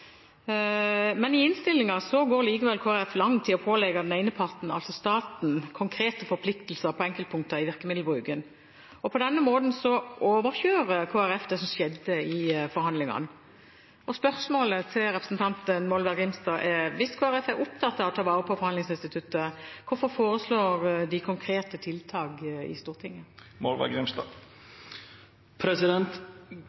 men i innstillingen går likevel Kristelig Folkeparti langt i å pålegge den ene parten, altså staten, konkrete forpliktelser på enkeltpunkter i virkemiddelbruken. På denne måten overkjører Kristelig Folkeparti det som skjedde i forhandlingene. Spørsmålet til representanten Molvær Grimstad er: Hvis Kristelig Folkeparti er opptatt av å ta vare på forhandlingsinstituttet, hvorfor foreslår de konkrete tiltak i Stortinget?